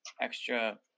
extra